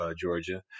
Georgia